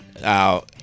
Now